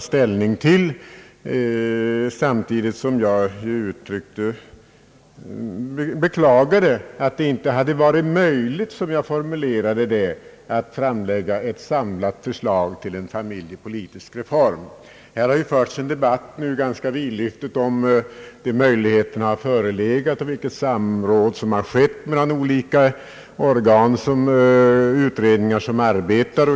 Samtidigt beklagade jag att det inte hade varit möjligt att — som jag uttryckte mig — framlägga ett samlat förslag till en familjepolitisk reform. Nu har ju en ganska vidlyftig debatt förts i frågan om de möjligheterna förelegat och vilket samråd som förekommit mellan olika utredningar som arbetar.